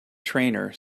trainer